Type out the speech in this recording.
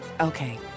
Okay